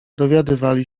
dowiadywali